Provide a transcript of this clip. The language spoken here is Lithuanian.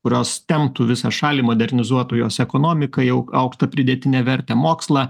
kurios temptų visą šalį modernizuotų jos ekonomiką jau aukštą pridėtinę vertę mokslą